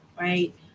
right